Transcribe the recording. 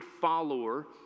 follower